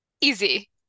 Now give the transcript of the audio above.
Easy